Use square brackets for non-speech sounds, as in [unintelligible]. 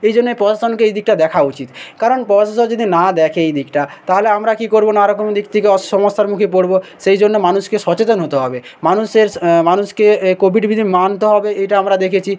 এই জন্যে প্রশাসনকে এই দিকটা দেখা উচিত কারণ [unintelligible] যদি না দেখে এই দিকটা তাহলে আমরা কী করব নানা রকম দিক থেকে অ সমস্যার মুখে পড়ব সেই জন্য মানুষকে সচেতন হতে হবে মানুষের স্ মানুষকে এ কোভিড বিধি মানতে হবে এটা আমরা দেখেছি